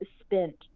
spent